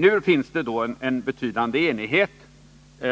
Nu finns det en betydande enighet